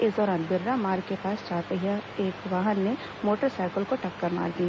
इस दौरान बिर्रा मार्ग के पास चारपहिया एक वाहन ने मोटर सायकल को टक्कर मार दी